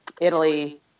Italy